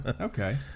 okay